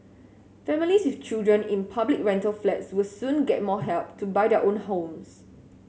families with children in public rental flats will soon get more help to buy their own homes